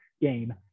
game